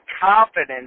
confidence